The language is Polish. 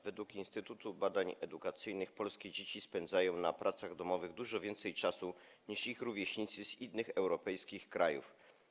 Według Instytutu Badań Edukacyjnych polskie dzieci spędzają na odrabianiu prac domowych dużo więcej czasu niż ich rówieśnicy z innych europejskich krajów.